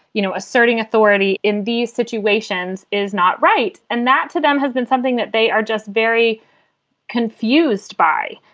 you know, asserting authority in these situations is not right. and that to them has been something that they are just very confused by.